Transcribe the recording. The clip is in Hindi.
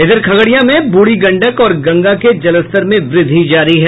इधर खगड़िया में बूढ़ी गंडक और गंगा के जलस्तर में वृद्धि जारी है